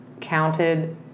counted